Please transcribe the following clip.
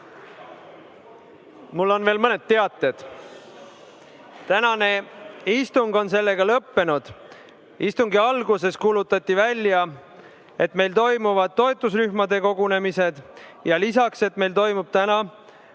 Mul on veel mõned teated. Tänane istung on sellega lõppenud. Istungi alguses kuulutati välja, et meil toimuvad toetusrühmade kogunemised ja lisaks, et meil toimub täna